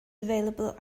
available